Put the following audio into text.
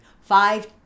five